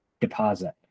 deposit